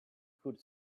could